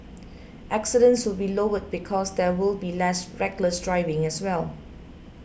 accidents would be lowered because there will be less reckless driving as well